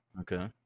okay